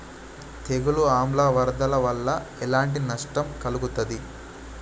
తెగులు ఆమ్ల వరదల వల్ల ఎలాంటి నష్టం కలుగుతది?